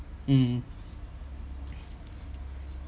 mm